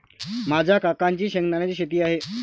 माझ्या काकांची शेंगदाण्याची शेती आहे